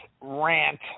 rant